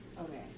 Okay